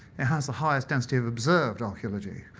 it has the highest density of observed archeology.